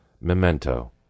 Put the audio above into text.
memento